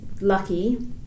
lucky